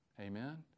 Amen